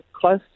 close